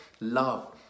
love